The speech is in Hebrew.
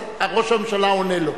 ראש הממשלה עונה לו.